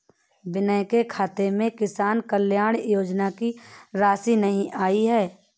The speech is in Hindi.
विनय के खाते में किसान कल्याण योजना की राशि नहीं आई है